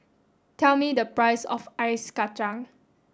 tell me the price of ice kachang